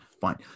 fine